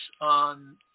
on